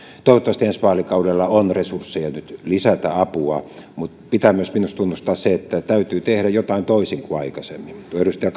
toivottavasti ensi vaalikaudella on resursseja lisätä apua mutta minusta pitää myös tunnustaa se että täytyy tehdä jotain toisin kuin aikaisemmin tuo edustaja